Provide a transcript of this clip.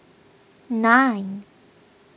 nine